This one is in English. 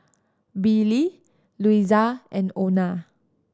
Billie Louisa and Ona